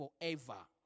forever